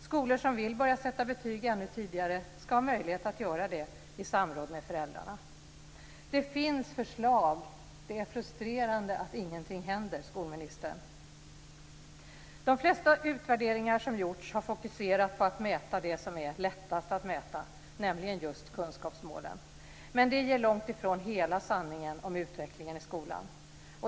Skolor som vill börja sätta betyg ännu tidigare ska ha möjlighet att göra det i samråd med föräldrarna. Det finns förslag, och det är frustrerande att ingenting händer, skolministern. De flesta utvärderingar som gjorts har fokuserats på att mäta det som är lättast att mäta, nämligen just kunskapsmålen. Men det ger långt ifrån hela sanningen om utvecklingen i skolan.